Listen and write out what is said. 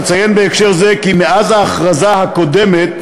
אציין בהקשר זה כי מאז ההכרזה הקודמת,